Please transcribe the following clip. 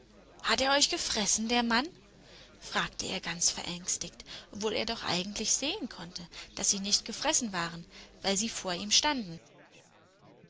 hat er euch gefressen der mann fragte er ganz verängstigt obwohl er doch eigentlich sehen konnte daß sie nicht gefressen waren weil sie vor ihm standen